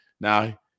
Now